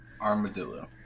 Armadillo